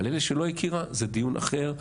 על אלה שלא הכירה זה דיון אחר,